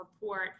report